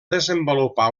desenvolupar